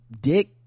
dick